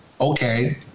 okay